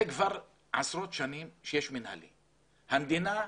זה כבר עשרות שנים שיש מנהלי, המדינה,